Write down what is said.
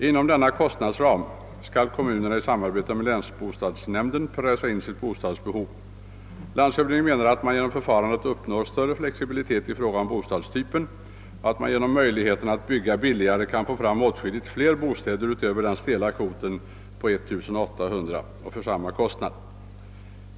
Inom denna kostnadsram skall kommunerna i samarbete med länsbostadsnämnden pressa in sitt bostadsbehov. Landshövdingen anser att man genom detta förfarande uppnår större flexibilitet i fråga om bostadstypen och att man genom möjligheten att bygga billigare kan få fram åtskilligt fler bostäder för samma kostnad utöver den stela kvoten på 1800 lägenheter.